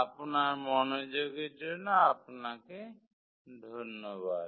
আপনার মনোযোগের জন্য আপনাকে ধন্যবাদ